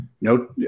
no